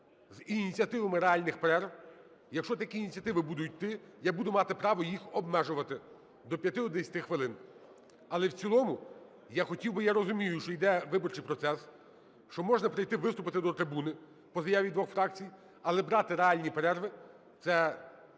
з ініціативами реальних перерв. Якщо такі ініціативи будуть йти, я буду мати право їх обмежувати до 5 або 10 хвилин. Але в цілому я хотів би, я розумію, що йде виборчий процес, що можна прийти виступити до трибуни по заяві двох фракцій, але брати реальні перерви – це безпідставне